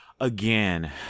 again